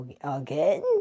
Again